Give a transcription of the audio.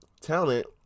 talent